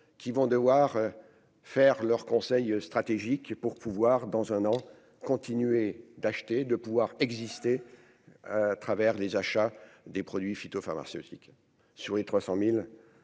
qui vont devoir faire leur conseil stratégique pour pouvoir, dans un an, continuer d'acheter de pouvoir exister à travers des achats des produits phytopharmaceutiques sur les 300000